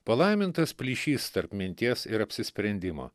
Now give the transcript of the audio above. palaimintas plyšys tarp minties ir apsisprendimo